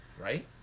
right